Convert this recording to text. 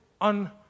on